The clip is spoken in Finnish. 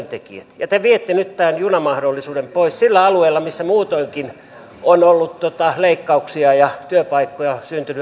ja te viette nyt tämän junamahdollisuuden pois sillä alueella missä muutoinkin on ollut leikkauksia ja työpaikkoja syntynyt aika vähän